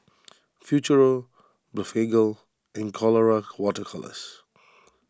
Futuro Blephagel and Colora Water Colours